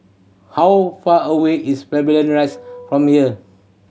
how far away is Pavilion Rise from here